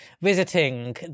visiting